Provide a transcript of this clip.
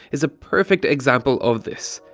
is a perfect example of this.